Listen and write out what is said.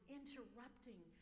interrupting